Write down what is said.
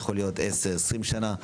יכול להיות עשר או עשרים שנה,